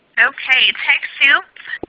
okay, techsoup,